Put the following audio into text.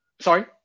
Sorry